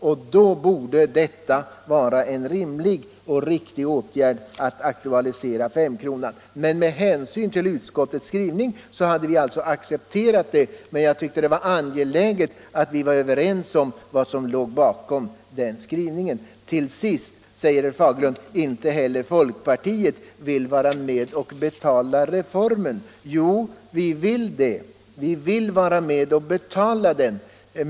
Och då borde det vara en rimlig och riktig åtgärd att aktualisera femkronan. Vi accepterade vad utskottet skrivit, men jag tycker det är angeläget att vi är överens om vad som ligger bakom utskottets skrivning. Slutligen sade herr Fagerlund att inte heller folkpartiet vill vara med och betala reformen. Jo, vi är beredda att vara med och betala den.